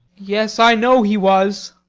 yes, i know he was.